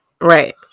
Right